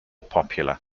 popular